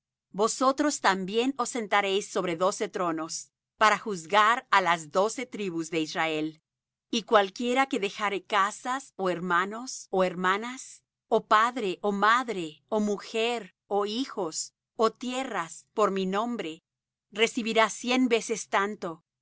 vosotros también os sentaréis sobre doce tronos para juzgar á las doce tribus de israel y cualquiera que dejare casas ó hermanos ó hermanas ó padre ó madre ó mujer ó hijos ó tierras por mi nombre recibirá cien veces tanto